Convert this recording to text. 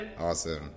Awesome